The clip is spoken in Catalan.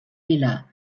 vilà